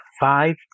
five